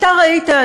אתה ראית,